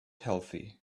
healthy